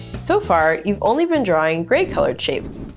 so far, you've only been drawing gray colored shapes.